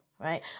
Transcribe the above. right